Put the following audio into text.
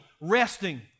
resting